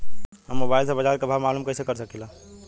हम मोबाइल से बाजार के भाव मालूम कइसे कर सकीला?